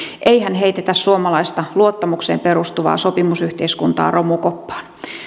eihän heitetä suomalaista luottamukseen perustuvaa sopimusyhteiskuntaa romukoppaan